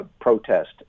protest